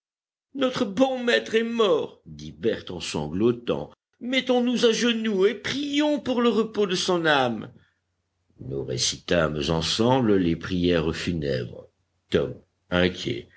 notre bon maître est mort dit berthe en sanglotant mettons-nous à genoux et prions pour le repos de son âme nous récitâmes ensemble les prières funèbres tom inquiet